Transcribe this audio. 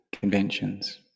conventions